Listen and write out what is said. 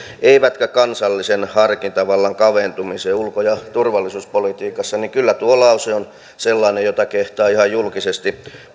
eivätkä kansallisen harkintavallan kaventumiseen ulko ja turvallisuuspolitiikassa niin kyllä tuo lause on sellainen jota kehtaa ihan julkisesti